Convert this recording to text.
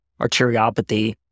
arteriopathy